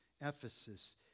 Ephesus